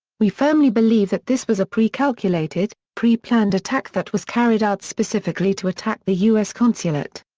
we firmly believe that this was a precalculated, preplanned attack that was carried out specifically to attack the u s. consulate.